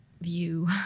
view